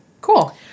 Cool